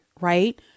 right